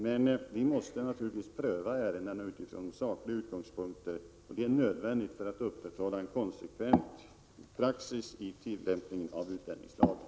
Men vi måste ju pröva ärendena utifrån sakliga utgångspunkter — detta är nödvändigt för att upprätthålla en konsekvent praxis vid tillämpning av utlänningslagen.